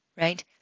right